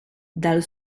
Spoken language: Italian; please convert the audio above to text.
dal